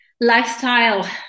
lifestyle